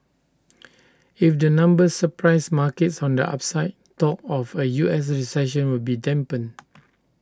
if the numbers surprise markets on the upside talk of A U S recession will be dampened